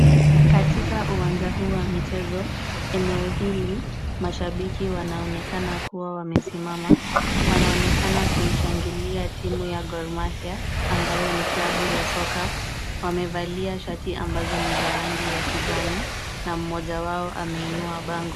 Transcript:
Katika uwanja huu wa michezo eneo hili mashabiki wanaonekana kuwa wamesimama. Wanaonekana kuishangilia timu ya Gor Mahia ambayo ni klabu ya soka. Wamevalia shati ambazo ni za rangi ya kijani na mmoja wao ameinua bango.